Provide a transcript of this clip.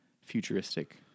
futuristic